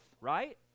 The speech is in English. right